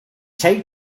take